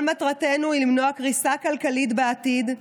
כל מטרתנו היא למנוע קריסה כלכלית בעתיד,